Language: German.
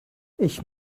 ich